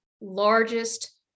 largest